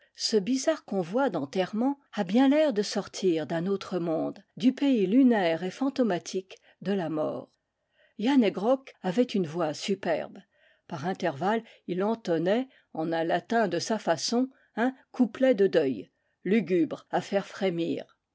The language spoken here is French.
ce bizarre convoi d'enterrement a bien l'air de sortir d'un autre monde du pays lunaire et fantomatique de la mort yann he grok avait une voix superbe par intervalles il entonnait en un latin de sa façon un couplet de deuil lugubre à faire frémir